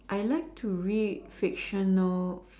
I like to read fiction note